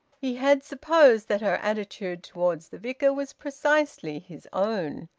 he had supposed that her attitude towards the vicar was precisely his own.